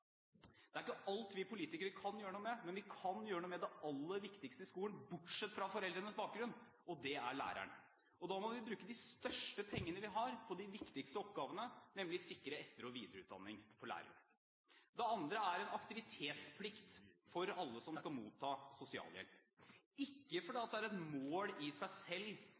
Det er ikke alt vi politikere kan gjøre noe med, men vi kan gjøre noe med det aller viktigste i skolen bortsett fra foreldrenes bakgrunn, og det er læreren. Da må vi bruke de største pengene vi har, og de viktigste oppgavene, nemlig sikre etter- og videreutdanning for lærere. Det andre er en aktivitetsplikt for alle som skal motta sosialhjelp – ikke fordi det er et mål i seg selv